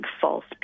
false